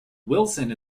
wilson